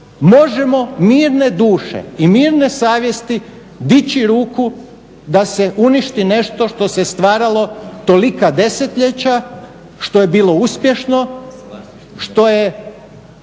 možemo mirne duše i mirne savjesti dići ruku da se uništi nešto što se stvaralo tolika desetljeća što je bilo uspješno, što je